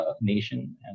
nation